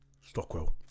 Stockwell